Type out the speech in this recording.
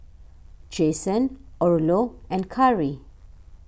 Jason Orlo and Kari